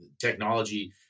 technology